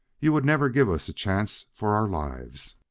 you would never give us a chance for our lives.